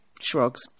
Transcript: shrugs